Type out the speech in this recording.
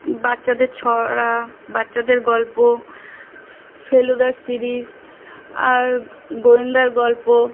বাচ্চাদের ছড়া বাচ্চাদের গল্প ফেলুদার সিরিজ আর গোয়েন্দার গল্প